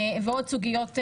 ועוד סוגיות מורכבות.